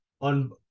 on